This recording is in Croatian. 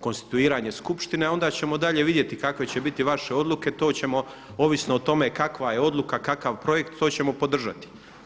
konstituiranje skupštine a onda ćemo dalje vidjeti kakve će biti vaše odluke, to ćemo ovisno o tome kakva je odluka, kakav projekt to ćemo podržati.